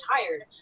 tired